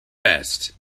rest